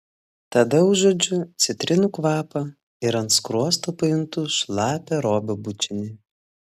tada užuodžiu citrinų kvapą ir ant skruosto pajuntu šlapią robio bučinį